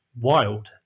wild